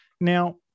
Now